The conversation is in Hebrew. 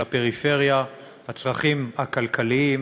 הצרכים הכלכליים,